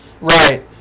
Right